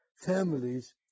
families